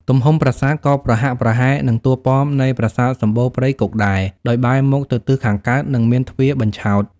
ទំហំប្រាសាទក៏ប្រហាក់ប្រហែលនឹងតួប៉មនៃប្រាសាទសម្បូរព្រៃគុកដែរ ដោយបែរមុខទៅទិសខាងកើត និងមានទ្វារបញ្ឆោត។